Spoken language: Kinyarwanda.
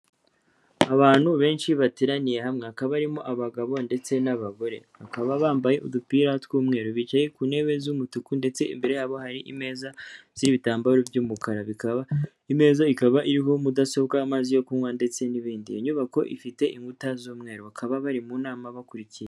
Abantu benshi bateraniye hamwe. hakaba harimo abagabo ndetse n'abagore. Bakaba bambaye udupira tw'umweru. Bicaye ku ntebe z'umutuku ndetse imbere yabo hari ameza ziriho ibitambaro by'umukara. Imeza ikaba iriho mudasobwa n'amazi yo kunywa ndetse n'ibindi. Iyo nyubako ifite inkuta z'umweru. Bakaba bari mu nama bakurikiye.